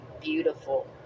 beautiful